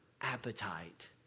appetite